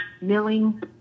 milling